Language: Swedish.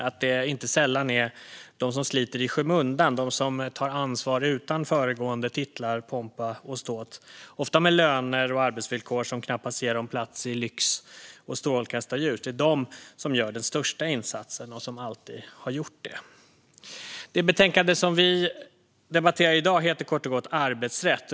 Det är inte sällan de som sliter i skymundan, de som tar ansvar utan föregående titlar, pompa och ståt, ofta med löner och arbetsvillkor som knappast ger dem plats i lyx och strålkastarljus, som gör den största insatsen och som alltid har gjort det. Det betänkande som vi debatterar i dag heter kort och gott Arbetsrätt .